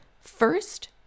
First